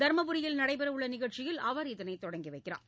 தர்மபுரியில் நடைபெறவுள்ள நிகழ்ச்சியில அவர் இதனை தொடங்கி வைக்கிறார்